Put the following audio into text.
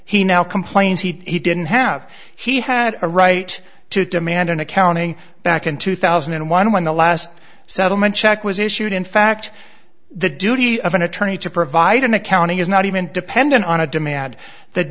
he now complains he didn't have he had a right to demand an accounting back in two thousand and one when the last settlement check was issued in fact the duty of an attorney to provide an accounting is not even dependent on a demand th